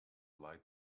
lied